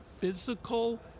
physical